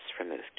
removed